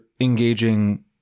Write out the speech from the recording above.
engaging